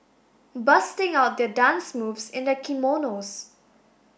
busting out their dance moves in their kimonos